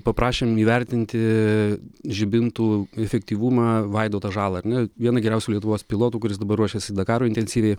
paprašėm įvertinti žibintų efektyvumą vaidotą žalą na vieną geriausių lietuvos pilotų kuris dabar ruošiasi dakarui intensyviai